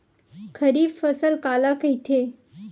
खरीफ फसल काला कहिथे?